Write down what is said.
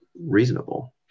reasonable